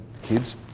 kids